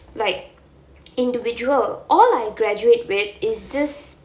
like individual all I graudate with is this